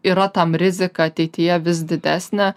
yra tam rizika ateityje vis didesnė